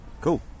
cool